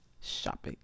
shopping